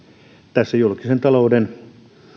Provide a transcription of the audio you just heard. tämä julkisen talouden